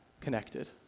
connected